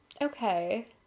Okay